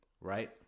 right